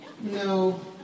No